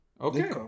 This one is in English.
Okay